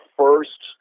first